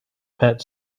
pet